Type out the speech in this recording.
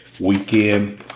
weekend